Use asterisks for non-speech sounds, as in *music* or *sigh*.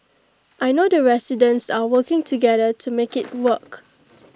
I know the residents are working together to make *noise* IT work